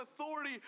authority